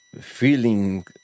feeling